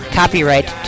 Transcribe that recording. copyright